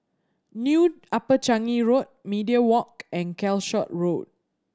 New Upper Changi Road Media Walk and Calshot Road